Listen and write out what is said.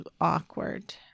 awkward